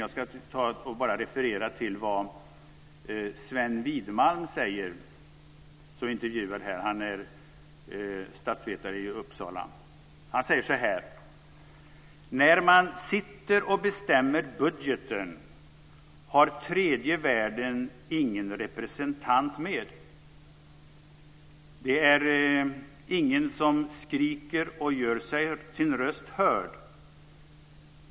Jag ska referera vad Sven Widmalm, som är intervjuad, säger. Han är statsvetare i Uppsala. Han säger så här: När man sitter och bestämmer budgeten har tredje världen ingen representant med. Det är ingen som skriker och gör sin röst hörd.